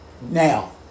Now